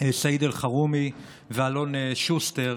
סעיד אלחרומי ואלון שוסטר,